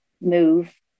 move